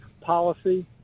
policy